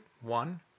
one